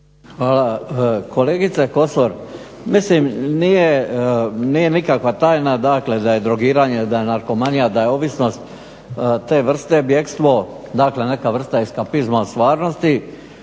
Hvala. Kolegice Kosor, nije nikakva tajna da je drogiranje, da je narkomanija, da je ovisnost te vrste bjekstvo, dakle neka vrsta eskapizma od stvarnosti